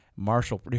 Marshall